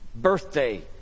birthday